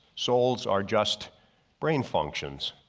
souls are just brain functions.